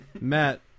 matt